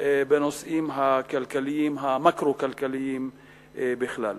בנושאים הכלכליים, המקרו-כלכליים בכלל.